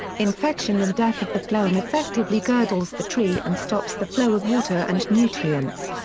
infection and death of the phloem effectively girdles the tree and stops the flow of water and nutrients.